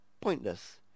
pointless